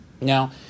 Now